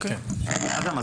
אדם,